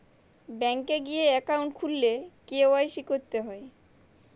bank এ গিয়ে account খুললে কে.ওয়াই.সি ক্যরতে হ্যয়